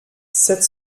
sept